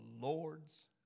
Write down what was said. Lord's